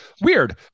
weird